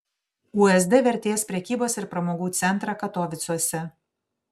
usd vertės prekybos ir pramogų centrą katovicuose